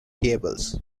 tables